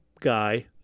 guy